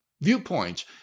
viewpoints